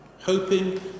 hoping